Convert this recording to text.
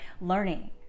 learning